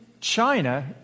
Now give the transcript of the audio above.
China